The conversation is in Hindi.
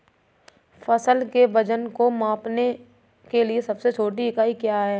फसल के वजन को नापने के लिए सबसे छोटी इकाई क्या है?